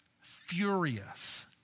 furious